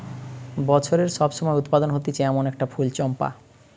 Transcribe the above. বছরের সব সময় উৎপাদন হতিছে এমন একটা ফুল চম্পা